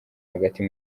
hagati